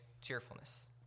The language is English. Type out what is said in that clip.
cheerfulness